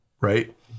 Right